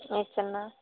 से कोना